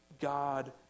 God